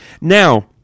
Now